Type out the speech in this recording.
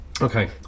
okay